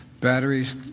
batteries